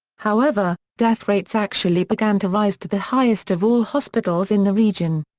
however, death rates actually began to rise to the highest of all hospitals in the region.